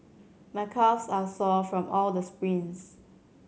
my calves are sore from all the sprints